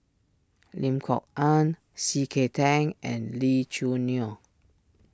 Lim Kok Ann C K Tang and Lee Choo Neo